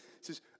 says